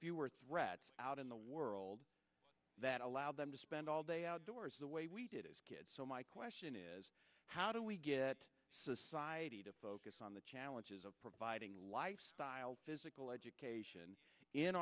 fewer threats out in the world that allowed them to spend all day outdoors the way we did as kids so my question is how do we get society to focus on the challenges of providing lifestyle physical education in